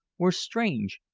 were strange,